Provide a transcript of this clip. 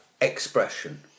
expression